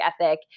ethic